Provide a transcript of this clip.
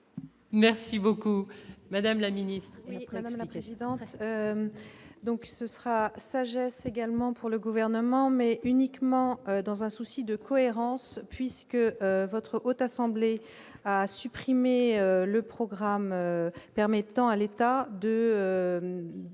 Merci beaucoup madame la Ministre.